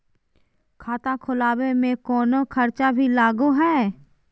खाता खोलावे में कौनो खर्चा भी लगो है?